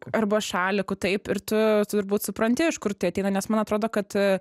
arba šaliku taip ir tu turbūt supranti iš kur tai ateina nes man atrodo kad